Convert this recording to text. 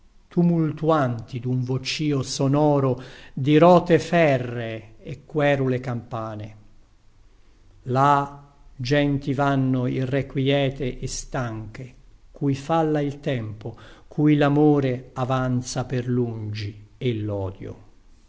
lontane tumultuanti dun vocìo sonoro di rote ferree e querule campane là genti vanno irrequïete e stanche cui falla il tempo cui lamore avanza per lungi e lodio